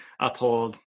uphold